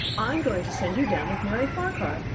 i am going to send you down with mary farquhar.